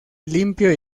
limpio